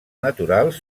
naturals